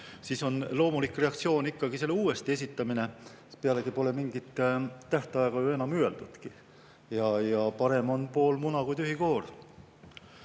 siis on loomulik reaktsioon [sarnase eelnõu] uuesti esitamine. Pealegi pole mingit tähtaega ju enam öeldudki. Aga parem on pool muna kui tühi koor.